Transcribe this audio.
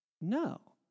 No